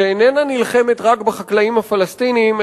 שאינה נלחמת רק בחקלאים הפלסטינים,